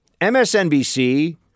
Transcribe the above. MSNBC